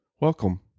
welcome